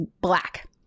black